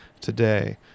today